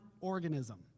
organism